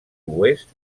oest